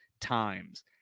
times